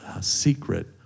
secret